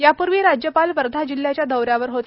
यापूर्वी राज्यपाल वर्धा जिल्ह्याच्या दौऱ्यावर होते